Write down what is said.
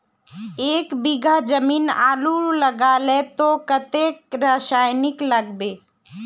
एक बीघा जमीन आलू लगाले तो कतेक रासायनिक लगे?